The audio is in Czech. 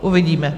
Uvidíme.